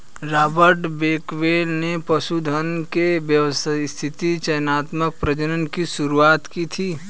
Robert Bakewell ने पशुधन के व्यवस्थित चयनात्मक प्रजनन की शुरुआत की थी